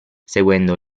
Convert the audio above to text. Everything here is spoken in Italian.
seguendo